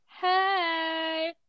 hey